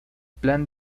plan